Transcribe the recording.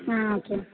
ஆ okay